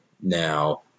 Now